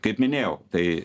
kaip minėjau tai